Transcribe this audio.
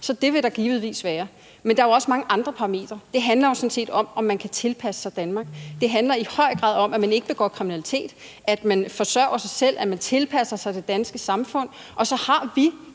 Så det vil der givetvis være. Men der er jo også mange andre parametre. Det handler jo sådan set om, om man kan tilpasse sig Danmark. Det handler i høj grad om, at man ikke begår kriminalitet, at man forsørger sig selv, at man tilpasser sig det danske samfund. Og så har vi